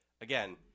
again